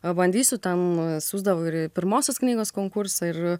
pabandysiu ten siųsdavau ir į pirmosios knygos konkursą ir